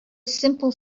simple